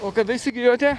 o kada įsigijote